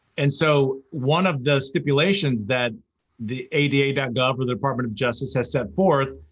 and so one of the stipulations that the ada ada gov or the department of justice has set forth,